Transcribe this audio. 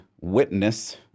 Witness